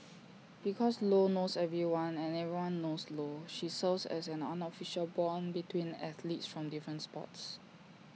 because lo knows everyone and everyone knows lo she serves as an unofficial Bond between athletes from different sports